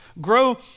grow